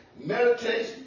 meditation